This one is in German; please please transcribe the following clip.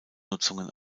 nutzungen